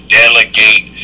delegate